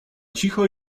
cicho